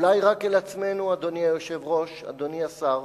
אולי רק אל עצמנו, אדוני היושב-ראש, אדוני השר,